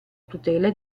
tutela